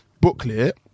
booklet